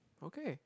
okay